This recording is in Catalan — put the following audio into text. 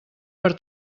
per